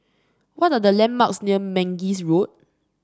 what are the landmarks near Mangis Road